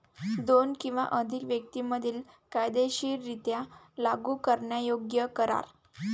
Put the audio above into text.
दोन किंवा अधिक व्यक्तीं मधील कायदेशीररित्या लागू करण्यायोग्य करार